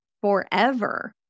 forever